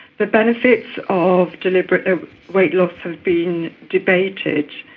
but benefits of deliberate weight loss has been debated.